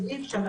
אז אי אפשר.